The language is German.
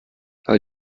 aber